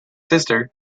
sister